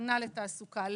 הכנה לתעסוקה,